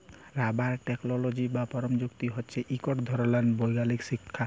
rubber technology বা পরযুক্তি হছে ইকট ধরলকার বৈগ্যালিক শিখ্খা